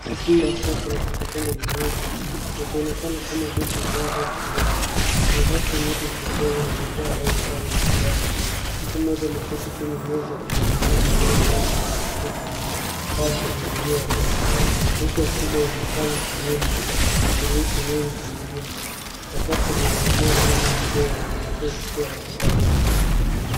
Chumba safi hijapangwa vizuri. kinaonekana kama duka au kliniki. Kuna rafu nyeupe zilizojaswa na bidhaa au vifaa vya matibabu. Mtu moja ameketi kwenye meza akionekana akifanya kazi na kompyuta au akimhudumia wateja. Dirisha kubwa inaonekana kwenye nyuma ikiruhusu nuru kuingia. Sakafu ya malimuru enye madoa na inatoa hizia ya usafi.